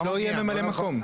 אז לא יהיה ממלא מקום.